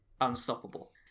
unstoppable